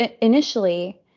initially